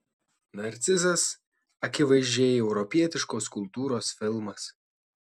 narcizas akivaizdžiai europietiškos kultūros filmas